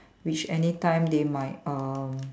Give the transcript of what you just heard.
which anytime they might um